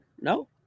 no